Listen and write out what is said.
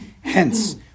Hence